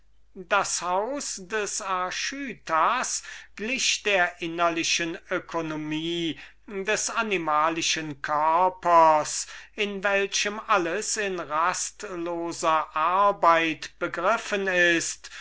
das haus des archytas glich dem inwendigen mechanismus des animalischen körpers in welchem alles in rastloser arbeit begriffen ist